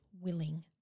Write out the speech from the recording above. willing